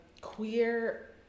queer